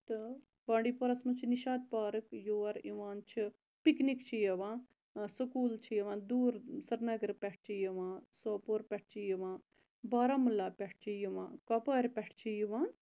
تہٕ بانڈی پورَس مَنٛز چھِ نِشاط پارک یور یِوان چھِ پِکنِک چھِ یِوان سکوٗل چھِ یِوان دوٗر دوٗر سرینَگرٕ پیٚٹھ چھِ یِوان سوپور پیٚٹھ چھِ یِوان بارہمولا پیٚٹھ چھِ یِوان کۄپوارِ پیٚٹھ چھِ یِوان